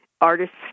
artists